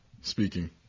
speaking